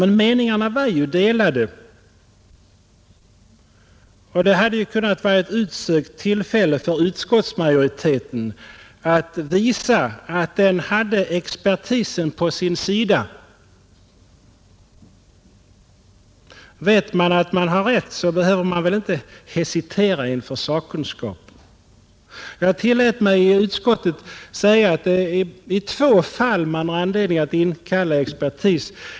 Men meningarna var ju delade, och det hade varit ett utsökt tillfälle för utskottsmajoriteten att visa att den hade expertisen på sin sida. Vet man att man har rätt behöver man väl inte hesitera inför att höra sakkunskapen. Jag tillät mig i utskottet säga att det är i två fall man har anledning att inkalla expertis.